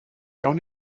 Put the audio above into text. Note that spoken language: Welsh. gawn